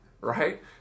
right